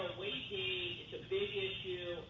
weight gain is a big issue,